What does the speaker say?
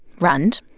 rund,